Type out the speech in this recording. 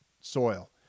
soil